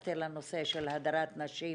התייחסתי לנושא של הדרת נשים